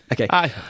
Okay